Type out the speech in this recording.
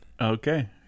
Okay